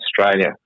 Australia